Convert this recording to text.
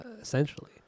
essentially